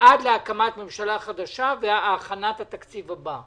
עד להקמת ממשלה חדשה והכנת התקציב הבא.